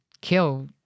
kill